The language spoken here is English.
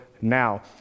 now